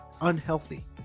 unhealthy